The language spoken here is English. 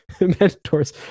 mentors